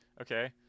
okay